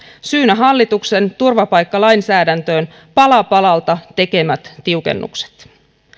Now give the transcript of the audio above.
syynä hallituksen turvapaikkalainsäädäntöön pala palalta tekemät tiukennukset